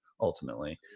Ultimately